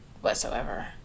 whatsoever